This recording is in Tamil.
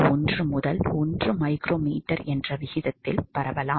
1 முதல் 1 மைக்ரோமீட்டர் என்ற விகிதத்தில் பரவலாம்